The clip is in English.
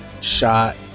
shot